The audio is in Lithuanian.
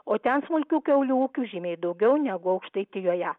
o ten smulkių kiaulių ūkių žymiai daugiau negu aukštaitijoje